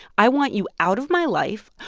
i want you out of my life.